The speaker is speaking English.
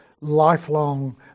lifelong